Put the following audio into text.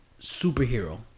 superhero